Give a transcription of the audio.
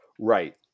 Right